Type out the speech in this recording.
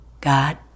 God